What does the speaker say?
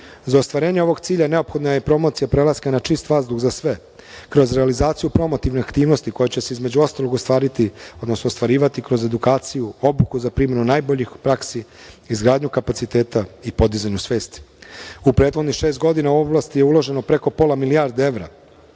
Za ostvarenje ovog cilja neophodna je promocija prelaska na čist vazduh za sve, kroz realizaciju promotivne aktivnosti koja će se između ostalog ostvarivati kroz edukaciju, obuku za primenu najboljih praksi, izgradnju kapaciteta i podizanju svesti.U prethodnih šest godina u ovu oblast je uloženo preko pola milijarde evra.